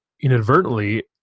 inadvertently